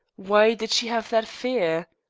why did she have that fear?